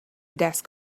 desk